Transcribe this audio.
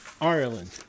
Ireland